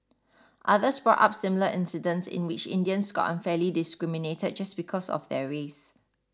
others brought up similar incidents in which Indians got unfairly discriminated just because of their race